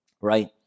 right